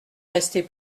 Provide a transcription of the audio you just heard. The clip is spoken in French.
rester